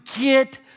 get